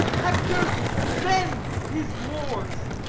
hector, then tis wars.